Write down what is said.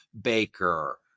baker